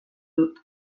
dut